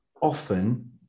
often